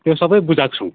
त्यो सबै बुझाएको छौँ